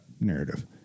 narrative